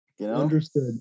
Understood